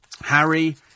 Harry